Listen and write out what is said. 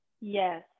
Yes